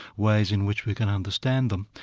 ways in which we can understand them,